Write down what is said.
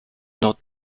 not